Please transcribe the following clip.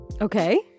Okay